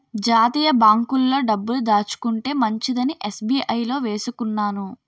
జాతీయ బాంకుల్లో డబ్బులు దాచుకుంటే మంచిదని ఎస్.బి.ఐ లో వేసుకున్నాను